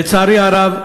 לצערי הרב,